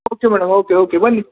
okay madam okay okay ಬನ್ನಿ